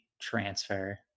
transfer